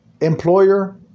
employer